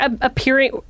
appearing